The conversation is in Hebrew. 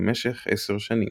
למשך עשר שנים.